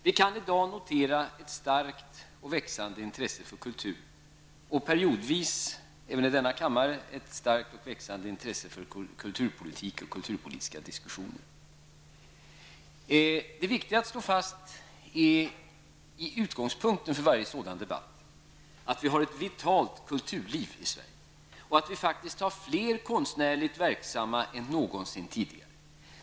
Vi kan i dag notera ett starkt och växande intresse för kultur och periodvis -- även i denna kammare -- ett starkt växande intresse för kulturpolitik och kulturpolitiska diskussioner. Det är viktigt att slå fast som en utgångspunkt för varje sådan debatt, att vi har ett vitalt kulturliv i Sverige och att vi faktiskt har flera konstnärligt helt verksamma personer än någonsin tidigare.